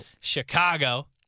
Chicago